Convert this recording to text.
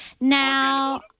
Now